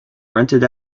rented